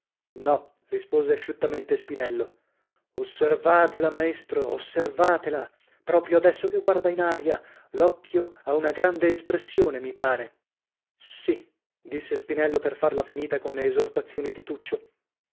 no rispose asciuttamente spinello osservatela maestro osservatela proprio adesso che guarda in aria l'occhio ha una grande espressione mi pare sì disse spinello per farla finita con le esortazioni di tuccio